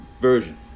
version